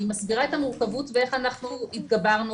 אני מסבירה את המורכבות ואיך אנחנו התגברנו